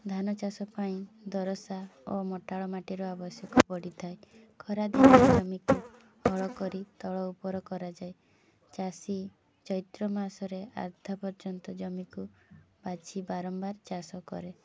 ଧାନ ଚାଷ ପାଇଁ ଦରସା ଓ ମଟାଳ ମାଟିର ଆବଶ୍ୟକ ବଢ଼ିଥାଏ ଖରାଦିନ ଜମିକୁ ହଳ କରି ତଳ ଉପର କରାଯାଏ ଚାଷୀ ଚୈତ୍ର ମାସରେ ଆଧା ପର୍ଯ୍ୟନ୍ତ ଜମିକୁ ବାଛି ବାରମ୍ବାର ଚାଷ କରେ